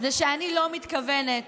זה שאני לא מתכוונת